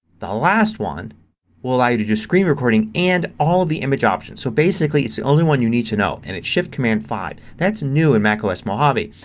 the last one will allow you to do screen recording and all the image options. so basically it's the only one you need to know. and shift command five. that's new in mac os mojave.